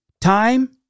Time